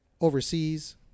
overseas